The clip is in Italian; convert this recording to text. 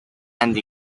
grandi